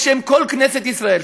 בשם כל כנסת ישראל,